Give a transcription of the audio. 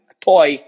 toy